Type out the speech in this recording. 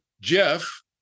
Jeff